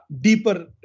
deeper